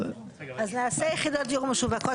אז נעשה יחידות דיור משווקות,